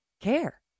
care